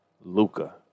Luca